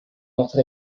notre